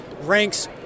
ranks